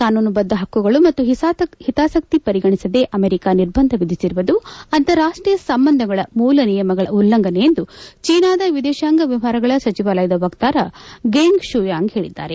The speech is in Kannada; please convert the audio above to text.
ಕಾನೂನುಬದ್ದ ಹಕ್ಕುಗಳು ಮತ್ತು ಹಿತಾಸಕ್ತಿ ಪರಿಗಣಿಸದೇ ಅಮೆರಿಕ ನಿರ್ಬಂಧ ವಿಧಿಸಿರುವುದು ಅಂತಾರಾಷ್ಟೀಯ ಸಂಬಂಧಗಳ ಮೂಲ ನಿಯಮಗಳ ಉಲ್ಲಂಘನೆ ಎಂದು ಚೇನಾದ ವಿದೇಶಾಂಗ ವ್ಯವಹಾರಗಳ ಸಚಿವಾಲಯದ ವಕ್ತಾರ ಗೆಂಗ್ ಶುಯಾಗ್ ಹೇಳಿದ್ದಾರೆ